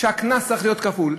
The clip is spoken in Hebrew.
הקנס צריך להיות כפול,